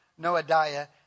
Noadiah